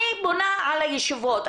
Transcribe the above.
אני בונה על הישיבות.